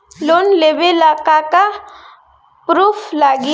Loan लेबे ला का का पुरुफ लागि?